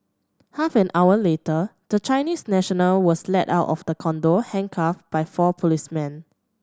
half an hour later the Chinese national was led out of the condo handcuffed by four policemen